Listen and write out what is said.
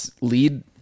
lead